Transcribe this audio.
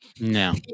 No